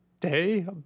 day